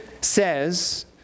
says